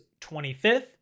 25th